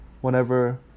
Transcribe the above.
whenever